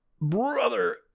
brother